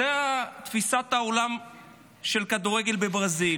זו תפיסת העולם של כדורגל בברזיל.